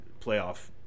playoff